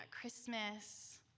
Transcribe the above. Christmas